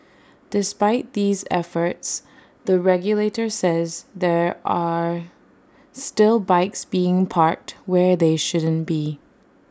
despite these efforts the regulator says there are still bikes being parked where they shouldn't be